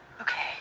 Okay